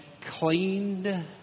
cleaned